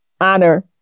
honor